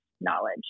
knowledge